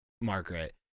Margaret